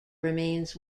remains